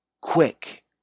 quick